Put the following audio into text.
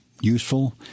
useful